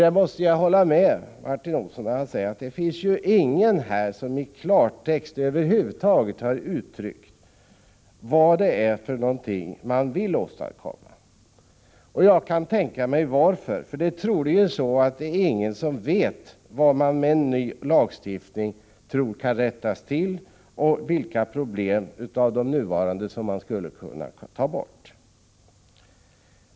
Jag måste hålla med Martin Olsson när han säger att det inte finns någon som i klartext har förklarat vad man vill åstadkomma. Jag kan tänka mig anledningen härtill. Troligen vet ingen vad som kan rättas till med en ny lag, vilka problem som skulle försvinna.